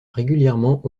régulièrement